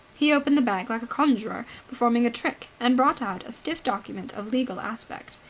he opened the bag like a conjurer performing a trick, and brought out a stiff document of legal aspect.